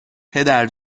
پدر